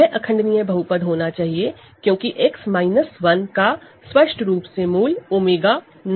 यह irreducible polynomial होना चाहिए क्योंकि X 1 का स्पष्ट रूप से रूट 𝜔 नहीं है